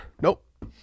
Nope